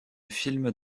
films